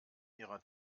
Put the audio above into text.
ihrer